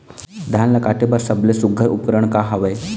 धान ला काटे बर सबले सुघ्घर उपकरण का हवए?